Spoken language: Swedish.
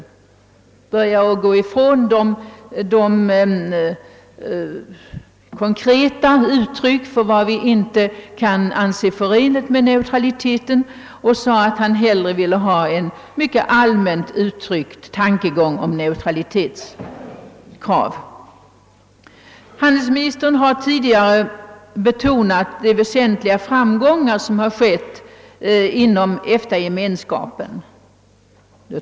Han började gå ifrån de konkreta uttrycken för vad vi inte kan anse förenligt med neutraliteten och sade, att han hellre ville ha en mycket allmänt uttryckt tankegång om neutralitetens krav. Handelsministern har tidigare betonat de väsentliga framgångar som har skett inom EFTA-gemenskapen.